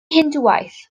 hindŵaeth